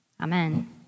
Amen